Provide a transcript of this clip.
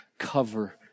Cover